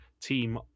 team